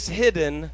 hidden